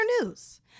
news